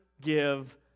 give